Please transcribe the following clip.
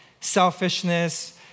selfishness